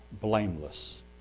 blameless